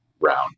round